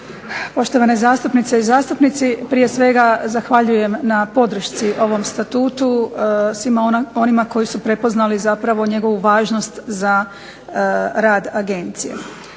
poštovane zastupnice i zastupnici. Prije svega zahvaljujem na podršci ovom Statutu, svima onima koji su prepoznali zapravo njegovu važnost za rad agencije.